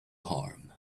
harm